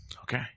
Okay